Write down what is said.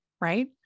right